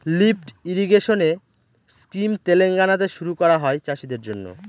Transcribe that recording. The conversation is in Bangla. লিফ্ট ইরিগেশেন স্কিম তেলেঙ্গানাতে শুরু করা হয় চাষীদের জন্য